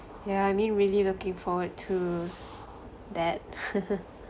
yeah I mean really looking forward to that